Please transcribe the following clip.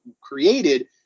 created